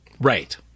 Right